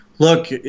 Look